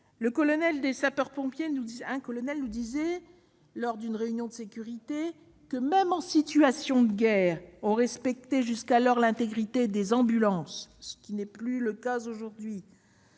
Un colonel de sapeurs-pompiers nous disait, lors d'une réunion de sécurité, que, même en situation de guerre, on respectait jusqu'alors l'intégrité des ambulances ... Aujourd'hui,